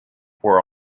were